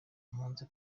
mpunzi